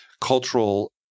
cultural